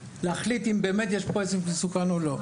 להחליט אם באמת יש כאן מסוכנות או לא.